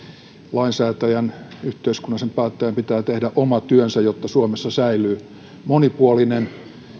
lainsäätäjän yhteiskunnallisen päättäjän pitää tehdä oma työnsä jotta suomessa säilyy monipuolinen